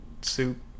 Soup